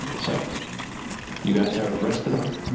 so you guys have rested up.